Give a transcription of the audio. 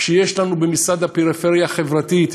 כשיש לנו במשרד הפריפריה החברתית,